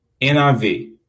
NIV